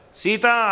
sita